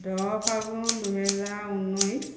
দহ ফাগুণ দুহেজাৰ ঊনৈছ